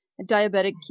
diabetic